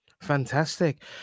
fantastic